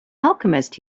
alchemist